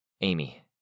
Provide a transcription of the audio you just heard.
Amy